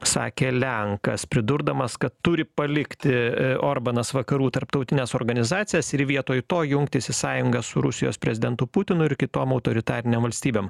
sakė lenkas pridurdamas kad turi palikti orbanas vakarų tarptautines organizacijas ir vietoj to jungtis į sąjungą su rusijos prezidentu putinu ir kitom autoritarinėm valstybėm